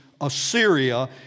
Assyria